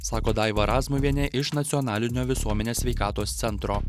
sako daiva razmuvienė iš nacionalinio visuomenės sveikatos centro